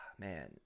man